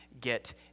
get